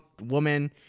woman